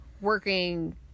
working